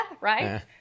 right